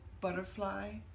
butterfly